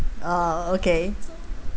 oh okay